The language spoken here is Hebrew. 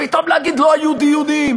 ואתם להגיד: לא היו דיונים,